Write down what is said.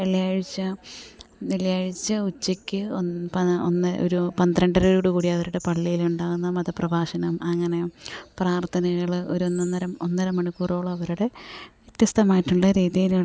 വെള്ളിയാഴ്ച വെള്ളിയാഴ്ച ഉച്ചക്ക് ഒന്ന് ഒരു പന്ത്രണ്ടരയോടു കൂടി അവരുടെ പള്ളിയിലുണ്ടാകുന്ന മതപ്രഭാഷണം അങ്ങനെ പ്രാർത്ഥനകൾ ഒരോന്നൊന്നര ഒന്നര മണിക്കൂറോളം അവരുടെ വ്യത്യസ്തമായിട്ടുള്ള രീതിയിലുള്ള